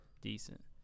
decent